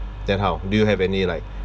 then how do you have any like